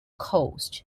coast